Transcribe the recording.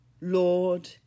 Lord